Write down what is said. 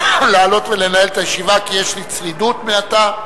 לעלות ולנהל את הישיבה, כי יש לי צרידות מעטה.